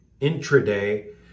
intraday